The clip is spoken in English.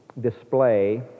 display